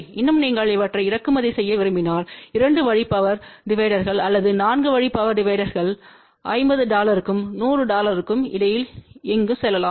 இன்னும் நீங்கள் இவற்றை இறக்குமதி செய்ய விரும்பினால் 2 வழி பவர் டிவைடர்கள் அல்லது 4 வழி பவர் டிவைடர்கள் 50 டாலர்களுக்கு 100 டாலர்களுக்கு இடையில் எங்கும் செலவாகும்